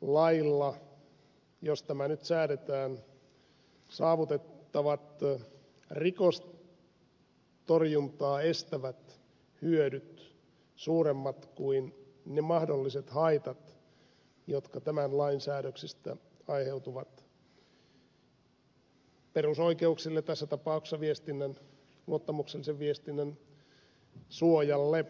lailla jos tämä nyt säädetään saavutettavat rikostorjuntaa edistävät hyödyt suuremmat kuin ne mahdolliset haitat jotka tämän lain säädöksistä aiheutuvat perusoikeuksille tässä tapauksessa luottamuksellisen viestinnän suojalle